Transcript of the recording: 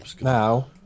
now